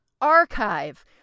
archive